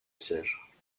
siège